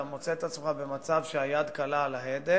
אתה מוצא את עצמך במצב שהיד קלה על ההדק,